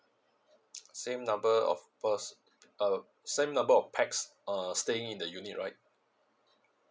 same number of pers~ uh same number of pax uh staying in the unit right